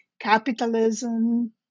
capitalism